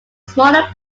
small